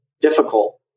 difficult